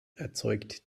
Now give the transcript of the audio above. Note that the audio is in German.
erzeugt